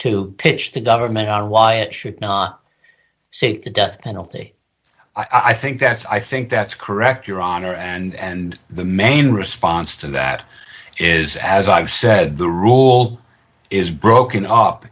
to pitch the government on why it should not seek the death penalty i think that's i think that's correct your honor and the main response to that is as i've said the rule is broken up